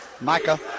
Micah